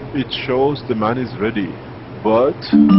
it shows the man is ready but